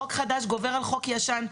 חוק חדש גובר על חוק ישן.